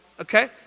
okay